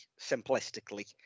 simplistically